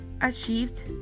achieved